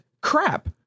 crap